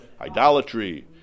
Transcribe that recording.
idolatry